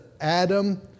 Adam